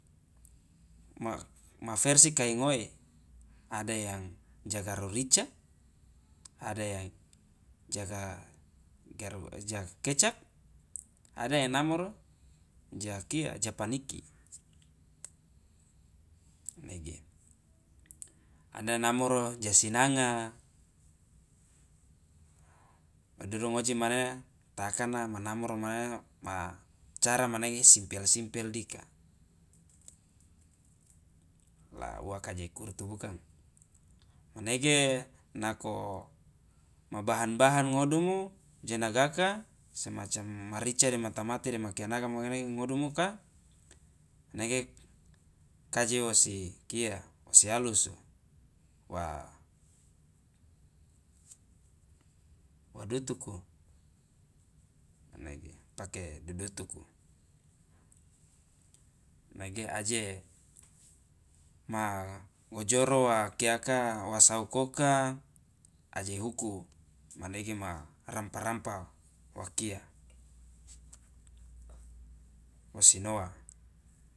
ma versi kai ngoe ada yang ja garo rica ada yang jaga garo ja kecap ada yang namoro ja kia ja paniki manege ada namoro ja sinanga lo duru ngoji manena taakana manamoro manena ma cara manege simpel simpel dika la uwa kaje ikurutu bukang manege nako ma bahan bahan ngodumu je nagaka semacam ma rica dema tamate dema kianaga menege ingodumoka manege kaje wosi kia wosi alusu wa wa dutuku manege pake dudutuku manege aje ma gojoro wa kiaka wa saukoka aje huku manege ma rampa rampa wa kia wosi noa